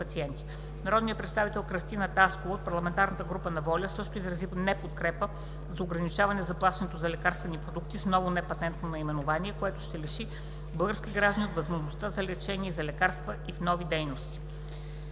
Народният представител Кръстина Таскова (ог ПГ на „Воля“) също изрази неподкрепа на ограничаване заплащането за лекарствени продукти с ново непатентно наименование, което ще лиши български граждани от възможност за лечение и за лекарства и в нови дейности.